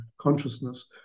consciousness